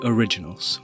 Originals